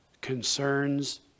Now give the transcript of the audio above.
Concerns